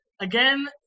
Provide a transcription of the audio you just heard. Again